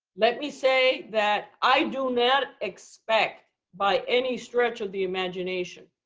let me say that i do not expect, by any stretch of the imagination,